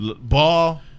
Ball